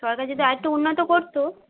সরকার যদি আর একটু উন্নত করত